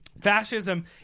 fascism